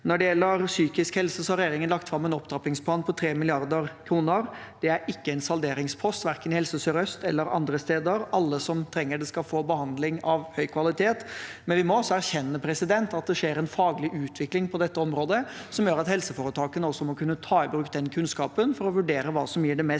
Når det gjelder psykisk helse, har regjeringen lagt fram en opptrappingsplan på 3 mrd. kr. Det er ikke en salderingspost, verken i Helse sør-øst eller andre steder. Alle som trenger det, skal få behandling av høy kvalitet. Vi må også erkjenne at det skjer en faglig utvikling på dette området som gjør at helseforetakene må kunne ta i bruk den kunnskapen for å vurdere hva som gir det mest